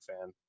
fan